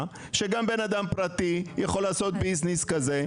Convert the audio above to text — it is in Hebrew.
אלא שגם אדם פרטי יוכל לעשות ביזנס כזה?